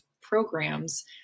programs